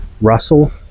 Russell